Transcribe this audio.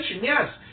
Yes